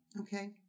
Okay